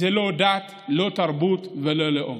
זה לא דת, לא תרבות ולא לאום.